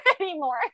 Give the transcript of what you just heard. anymore